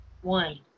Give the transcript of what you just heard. One